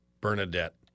Bernadette